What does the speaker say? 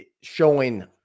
showing